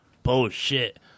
Bullshit